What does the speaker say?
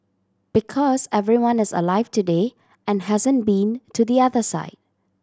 because everyone is alive today and hasn't been to the other side